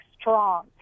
strong